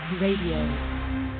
Radio